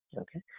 Okay